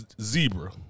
Zebra